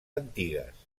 antigues